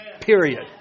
Period